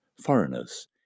foreigners